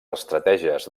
estratègies